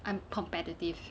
I'm competitive